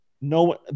No